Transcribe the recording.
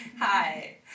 Hi